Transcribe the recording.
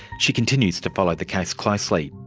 she continues to follow the case closely.